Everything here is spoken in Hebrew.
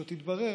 שעוד תתברר,